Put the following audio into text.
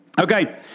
Okay